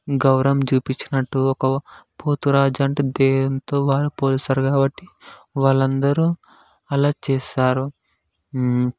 గౌరవం చూపించినట్టు ఒక ఒక పోతురాజు అంటే దైవంతో వారు పోలుస్తారు కాబట్టి వాళ్ళందరూ అలా చేసారు